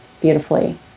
beautifully